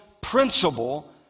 principle